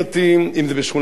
אם בגבעת-אסף,